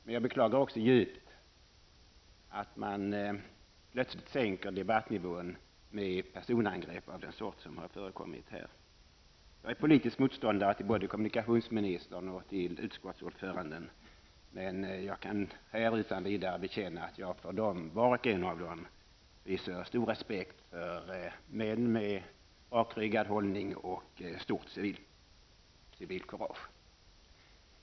Men jag beklagar också djupt att man plötsligt sänker debattnivån med personangrepp av den sort som förekommit här. Jag är politisk motståndare till både kommunikationsministern och utskottsordföranden, men jag kan här utan vidare bekänna att jag för var och en av dem hyser stor respekt för rakryggad hållning och stor civilkurage.